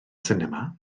sinema